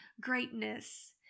greatness